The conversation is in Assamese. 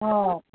অঁ